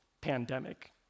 pandemic